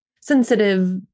sensitive